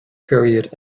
period